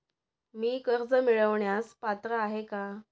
मी कर्ज मिळवण्यास पात्र आहे का?